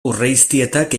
urreiztietak